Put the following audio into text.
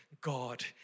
God